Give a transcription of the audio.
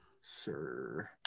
sir